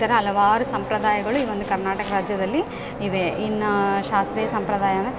ಇತರ ಹಲವಾರು ಸಂಪ್ರದಾಯಗಳು ಈ ಒಂದು ಕರ್ನಾಟಕ ರಾಜ್ಯದಲ್ಲಿ ಇವೆ ಇನ್ನು ಶಾಸ್ತ್ರೀಯ ಸಂಪ್ರದಾಯ